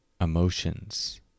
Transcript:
emotions